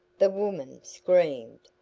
the woman screamed.